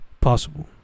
possible